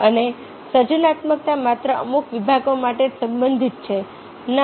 અને સર્જનાત્મકતા માત્ર અમુક વિભાગો માટે જ સંબંધિત છે ના